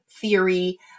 theory